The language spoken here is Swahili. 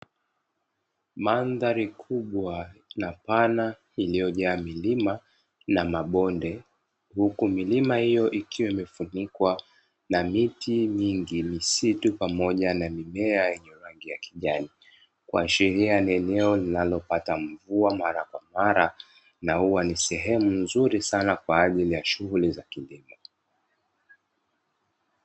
Mandhari kubwa na pana iliyojaa milima na mabonde, huku milima hiyo ikiwa imefunikwa na miti mingi, misitu, pamoja na mimea yenye rangi ya kijani, kuashiria ni eneo linalopata mvua mara kwa mara na huwa ni sehemu nzuri sana kwa ajili ya shughuli za kilimo.